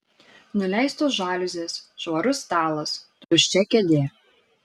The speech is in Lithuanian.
nuleistos žaliuzės švarus stalas tuščia kėdė